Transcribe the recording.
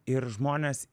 ir žmonės